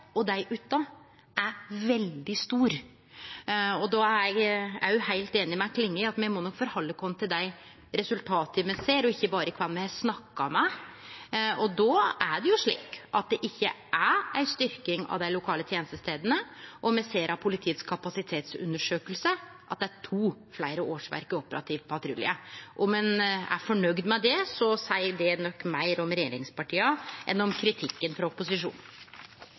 og dei utan er veldig stor. Då er eg heilt einig med representanten Klinge i at me må nok halde oss til dei resultata me ser, og ikkje berre kven me har snakka med, og då er det jo slik at det ikkje er ei styrking av dei lokale tenestestadene. Me ser av politiets kapasitetsundersøking at det er to fleire årsverk i operativ patrulje. Om ein er fornøgd med det, seier det nok meir om regjeringspartia enn om kritikken frå opposisjonen.